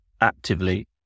actively